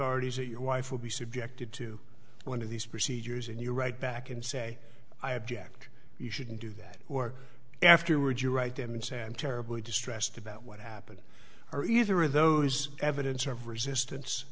authorities that your wife will be subjected to one of these procedures and you write back and say i object you shouldn't do that or afterward you write them and say i'm terribly distressed about what happened or either of those evidence of resistance